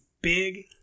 big